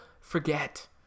forget